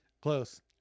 Close